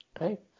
right